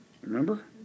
Remember